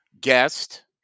guest